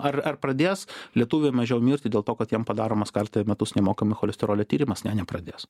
ar ar pradės lietuviai mažiau mirti dėl to kad jiem padaromas kartą į metus nemokamai cholesterolio tyrimas ne nepradės